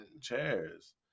chairs